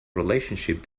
relationship